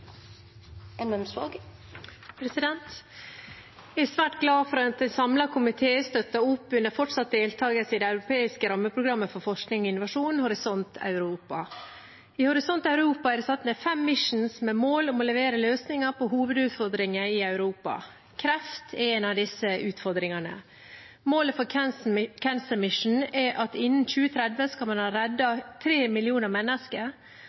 svært glad for at en samlet komité støtter opp under fortsatt deltakelse i det europeiske rammeprogrammet for forskning og innovasjon, Horisont Europa. I Horisont Europa er det satt ned fem «missions» med mål om å levere løsninger på hovedutfordringer i Europa. Kreft er én av disse utfordringene. Målet for «cancer mission» er at man innen 2030 skal ha reddet tre millioner mennesker,